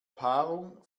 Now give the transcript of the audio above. paarung